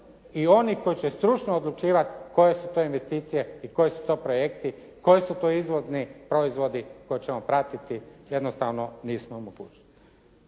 i oni koji će stručno odlučivati koje su to investicije i koji su to projekti, koji su to izvozni projekti koji će pratiti jednostavno nismo u mogućnosti.